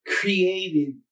created